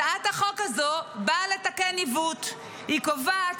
הצעת החוק הזו באה לתקן עיוות: היא קובעת